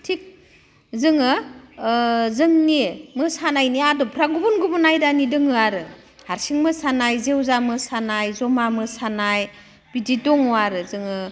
थिग जोङो जोंनि मोसानायनि आदबफ्रा गुबुन गुबुन आयदानि दोङो आरो हारसिं मोसानाय जावजा मोसानाय जमा मोसानाय बिदि दं आरो जोङो